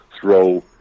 throw